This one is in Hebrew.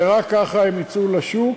ורק ככה הם יצאו לשוק.